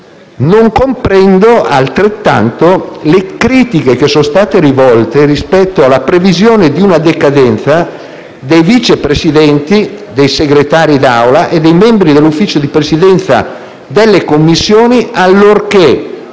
non comprendo le critiche che sono state rivolte rispetto alla previsione di una decadenza dei Vice Presidenti, dei Segretari d'Aula e dei membri dell'Ufficio di Presidenza delle Commissioni, allorché